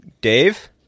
Dave